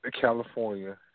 California